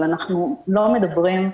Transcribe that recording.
אבל אנחנו לא מדברים,